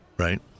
Right